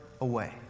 away